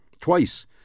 twice